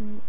mm